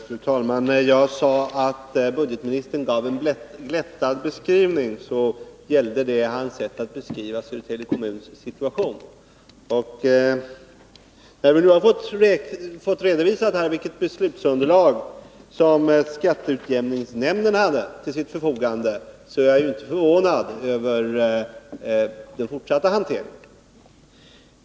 Fru talman! När jag sade att budgetministern gav en glättad beskrivning gällde det hans sätt att beskriva Södertälje kommuns situation. När vi nu fått en redovisning av vilket beslutsunderlag skatteutjämningsnämnden hade till sitt förfogande är jag inte förvånad över den fortsatta hanteringen.